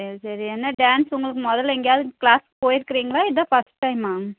சரி சரி என்ன டான்ஸ் உங்களுக்கு முதல்ல எங்கையாவது க்ளாஸ் போயிருக்குறீங்களா இதான் ஃபர்ஸ்ட் டைமா